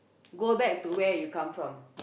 go back to where you come from